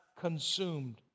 consumed